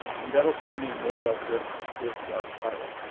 and that will give me more of this this spiral.